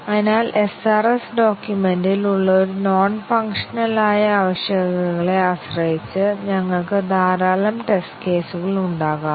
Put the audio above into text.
അതിനാൽ SRS ഡോക്യുമെന്റിൽ ഉള്ള നോൺ ഫംഗ്ഷണൽ ആയ ആവശ്യകതകളെ ആശ്രയിച്ച് ഞങ്ങൾക്ക് ധാരാളം ടെസ്റ്റ് കേസുകൾ ഉണ്ടാകാം